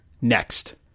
Next